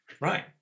right